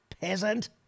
peasant